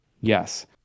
Yes